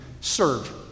Serve